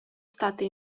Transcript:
state